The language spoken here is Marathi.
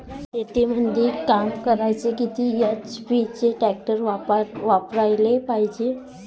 शेतीमंदी काम करायले किती एच.पी चे ट्रॅक्टर वापरायले पायजे?